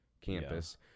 campus